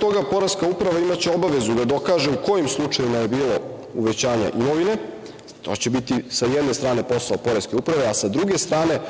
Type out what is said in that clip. toga, poreska uprava imaće obavezu da dokaže u kojim slučajevima je bilo uvećanje imovine. To će biti, s jedne strane, posao poreske uprave, a s druge strane